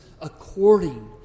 according